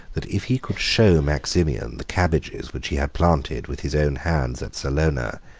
that if he could show maximian the cabbages which he had planted with his own hands at salona,